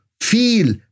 feel